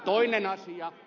toinen asia